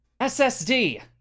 SSD